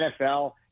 NFL